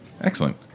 Excellent